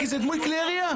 כי זה דמוי כלי ירייה.